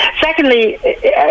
secondly